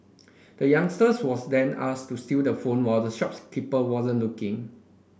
the youngster was then asked to steal the phone while the shopkeeper wasn't looking